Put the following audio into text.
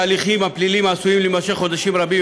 ההליכים הפליליים עשויים להימשך חודשים רבים,